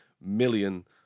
million